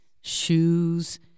shoes